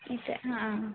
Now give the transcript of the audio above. ನಿಜ ಹಾಂ